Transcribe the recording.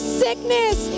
sickness